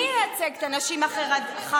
מי ייצג את הנשים החרדיות?